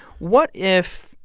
what if,